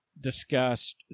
discussed